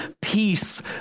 peace